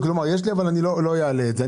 כלומר, יש לי אבל אני לא אעלה את זה.